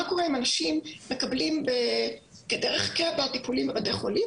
מה קורה אם אנשים מקבלים כדרך קבע טיפולים בבתי חולים,